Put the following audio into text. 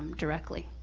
directly.